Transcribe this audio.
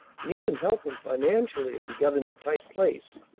and even help him financially if he got in a tight place.